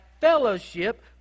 fellowship